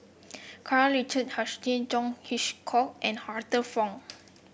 Karl Richard Hanitsch John Hitchcock and Arthur Fong